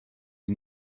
the